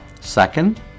second